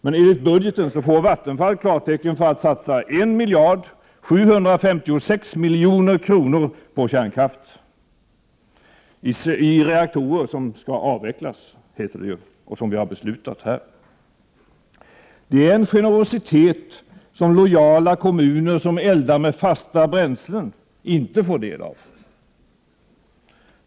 Men enligt budgeten får Vattenfall klartecken för att satsa 1756 000 000 på kärnkraft — i reaktorer som skall avvecklas, heter det ju och som vi har beslutat här. Det är en generositet som lojala kommuner som eldar med fasta bränslen inte får del av.